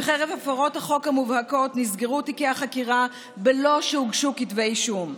וחרף הפרות החוק המובהקות נסגרו תיקי החקירה בלא שהוגשו כתבי אישום.